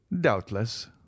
doubtless